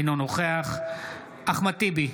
אינו נוכח אחמד טיבי,